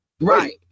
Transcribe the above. Right